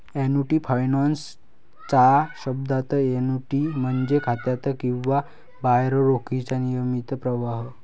annuity finance च्या शब्दात, annuity म्हणजे खात्यात किंवा बाहेर रोखीचा नियमित प्रवाह